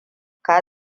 ka